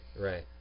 Right